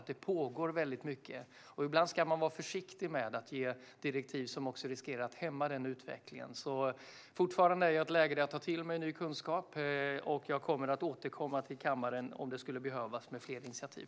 Det pågår alltså mycket, och ibland ska man vara försiktig med att ge direktiv som riskerar att hämma den utvecklingen. Jag är fortfarande i ett läge där jag tar till mig ny kunskap, och jag kommer om det skulle behövas att återkomma till kammaren med fler initiativ.